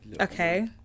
okay